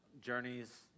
journeys